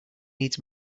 needs